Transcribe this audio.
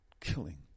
killing